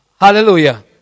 hallelujah